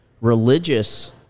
religious